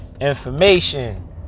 information